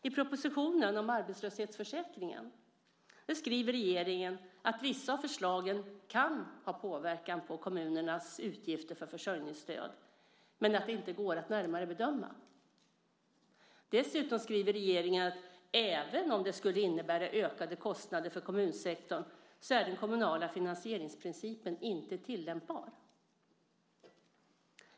I propositionen om arbetslöshetsförsäkringen skriver regeringen att vissa av förslagen kan ha påverkan på kommunernas utgifter för försörjningsstödet men att det inte går att närmare bedöma. Dessutom skriver regeringen att även om det skulle innebära ökade kostnader för kommunsektorn är den kommunala finansieringsprincipen inte tillämpbar.